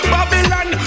Babylon